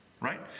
Right